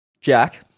jack